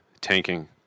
tanking